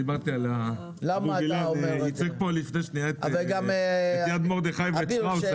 אני דיברתי על אבו וילן שייצג פה לפני שנייה את יד מרדכי ואת שטראוס.